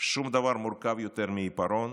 שום דבר מורכב יותר מעיפרון,